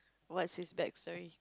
what's his backstory